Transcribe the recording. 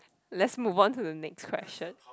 let's move on to the next question